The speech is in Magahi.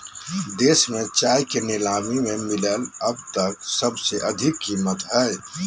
देश में चाय के नीलामी में मिलल अब तक सबसे अधिक कीमत हई